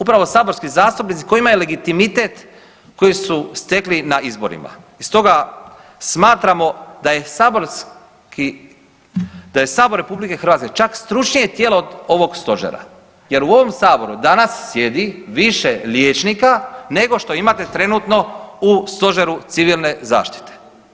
Upravo saborski zastupnici kojima je legitimitet, koji su stekli na izborima i stoga smatramo da je saborski, da je Sabor RH čak stručnije tijelo od ovog Stožera jer u ovom Saboru danas sjedi više liječnika nego što imate trenutno u Stožeru civilne zaštite.